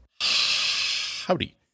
Howdy